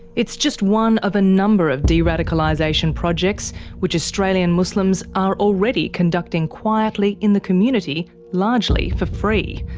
it's just one of a number of de-radicalisation projects which australian muslims are already conducting quietly in the community, largely for free.